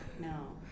no